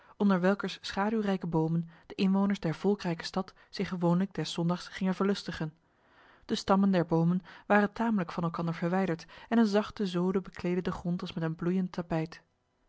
onder welkers schaduwrijke bomen de inwoners der volkrijke stad zich gewoonlijk des zondags gingen verlustigen de stammen der bomen waren tamelijk van elkander verwijderd en een zachte zode bekleedde de grond als met een bloeiend tapijt